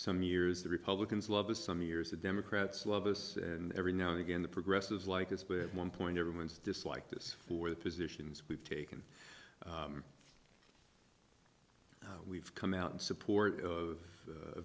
some years the republicans love us some years the democrats love us and every now and again the progressives like a split one point everyone's dislike this for the positions we've taken we've come out in support of